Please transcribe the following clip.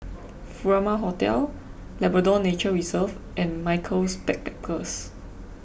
Furama Hotel Labrador Nature Reserve and Michaels Backpackers